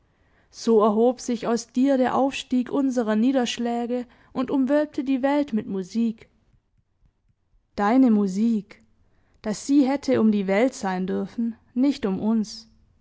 so erhob sich aus dir der aufstieg unserer niederschläge und umwölbte die welt mit musik deine musik daß sie hätte um die welt sein dürfen nicht um uns